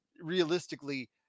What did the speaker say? realistically